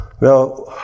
Now